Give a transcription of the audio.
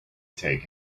take